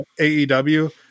AEW